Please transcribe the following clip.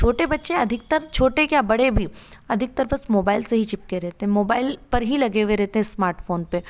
छोटे बच्चे अधिकतर छोटे क्या बड़े भी अधिकतर बस मोबाईल से ही चिपके रेहते हैं मोबाईल पर ही लगे हुए रहते हैं इस्मार्टफोन पर